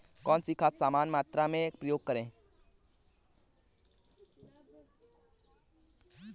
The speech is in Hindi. कौन सी खाद समान मात्रा में प्रयोग करें?